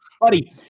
Buddy